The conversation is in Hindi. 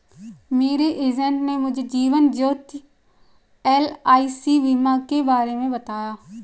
मेरे एजेंट ने मुझे जीवन ज्योति एल.आई.सी बीमा के बारे में बताया